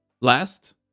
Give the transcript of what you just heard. last